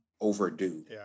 overdue